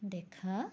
দেখা